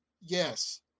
Yes